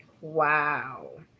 wow